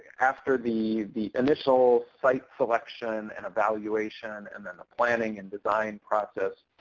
after the the initial site selection and evaluation and then the planning and design process,